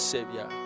Savior